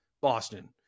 Boston